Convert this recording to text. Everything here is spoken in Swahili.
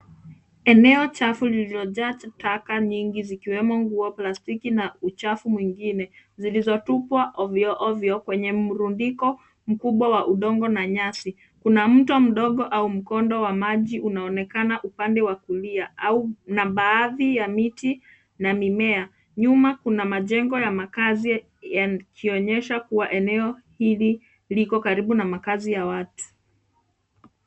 Eneo chafu lililojaa taka nyingi zikiwemo nguo, plastiki na uchafu mwingine. Zilizotupwa ovyo ovyo kwenye mrundiko mkubwa wa udongo na nyasi. Kuna mto mdogo au mkondo wa maji unaonekana upande wa kulia au na baadhi ya miti na mimea. Nyuma kuna majengo ya makazi yakionyesha kuwa eneo hili liko karibu na makazi ya watu.